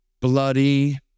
bloody